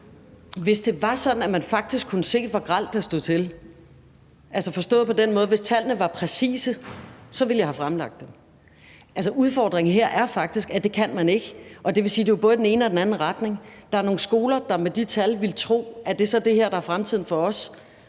Hvis det var sådan, at man faktisk kunne se, hvor grelt det stod til, altså forstået på den måde, at tallene var præcise, ville jeg have fremlagt dem. Altså, udfordringen her er faktisk, at det kan man ikke, og det vil sige, at det jo både er i den ene og den anden retning. Der er nogle skoler, der med de tal ville tro, at det så er det her, der er fremtiden for